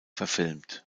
verfilmt